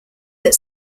that